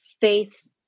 face